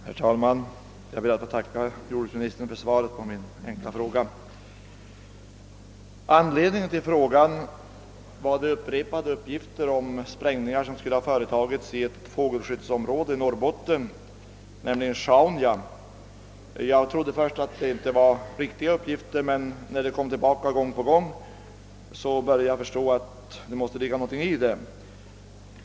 Herr talman! Jag ber att få tacka jordbruksministern för svaret på min enkla fråga. Anledningen till frågan var de upprepade uppgifterna om sprängningar som skulle ha företagits i ett fågelskyddsområde i Norrbotten, nämligen Sjaunja. Jag trodde först att uppgifterna inte var riktiga, men när de återkom gång på gång började jag förstå att det måste ligga någonting i dem.